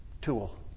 tool